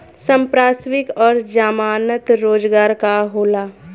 संपार्श्विक और जमानत रोजगार का होला?